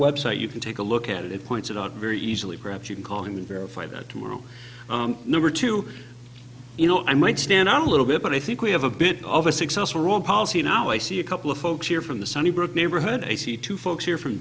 website you can take a look at it it points it out very easily perhaps you can call and verify that tomorrow number two you know i might stand out a little bit but i think we have a bit of a successful room policy now i see a couple of folks here from the sunnybrook neighborhood ac to folks here from